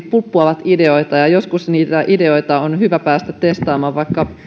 pulppuamme ideoita ja joskus niitä ideoita on hyvä päästä testaamaan vaikka